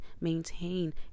maintain